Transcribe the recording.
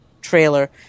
trailer